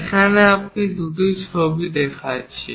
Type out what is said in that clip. এখানে আমি আপনাকে দুটি ছবি দেখাচ্ছি